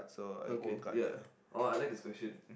okay ya oh I like this question